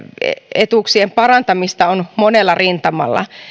etuuksien parantamista on monella rintamalla